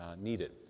needed